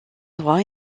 droit